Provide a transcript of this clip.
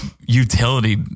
utility